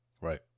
Right